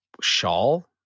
shawl